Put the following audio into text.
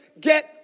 get